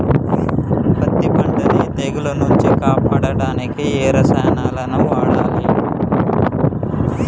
పత్తి పంటని తెగుల నుంచి కాపాడడానికి ఏ రసాయనాలను వాడాలి?